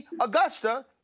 Augusta